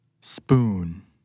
spoon